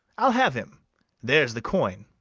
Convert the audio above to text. i'll have him there's the coin.